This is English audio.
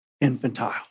infantile